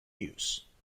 use